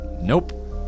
nope